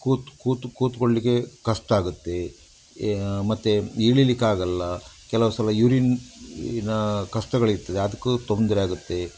ಕೂತು ಕೂತು ಕೂತ್ಕೊಳ್ಳಿಕ್ಕೆ ಕಷ್ಟ ಆಗುತ್ತೆ ಮತ್ತು ಇಳಿಲಿಕ್ಕಾಗೋಲ್ಲ ಕೆಲವು ಸಲ ಯೂರಿನ್ನಿನ ಕಷ್ಟಗಳಿರ್ತದೆ ಅದಕ್ಕೂ ತೊಂದರೆಯಾಗುತ್ತೆ